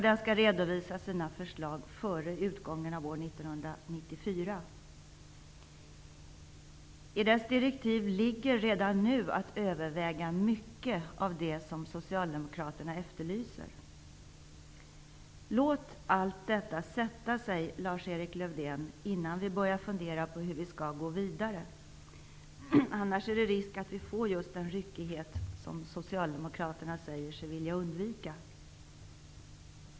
Den skall redovisa sina förslag före utgången av år 1994. I Straffsystemkommitténs direktiv ligger redan nu att överväga mycket av det som socialdemokraterna efterlyser. Låt allt detta sätta sig, Lars-Erik Lövdén, innan vi börjar att fundera på hur vi skall gå vidare. Annars är det risk för att vi får just den ryckighet som socialdemokraterna säger sig vilja undvika.